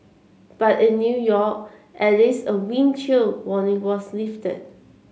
but in New York at least a wind chill warning was lifted